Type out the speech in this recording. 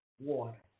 water